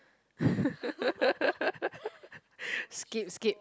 skip skip